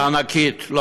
לא.